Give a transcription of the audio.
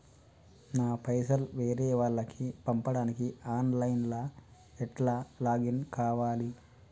నా పైసల్ వేరే వాళ్లకి పంపడానికి ఆన్ లైన్ లా ఎట్ల లాగిన్ కావాలి?